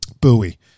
buoy